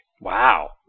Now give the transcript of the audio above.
Wow